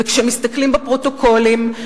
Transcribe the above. וכשמסתכלים בפרוטוקולים,